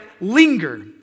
linger